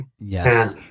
yes